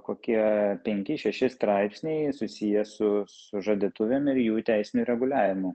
kokie penki šeši straipsniai susiję su sužadėtuvėm ir jų teisiniu reguliavimu